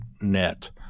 net